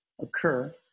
occur